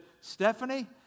Stephanie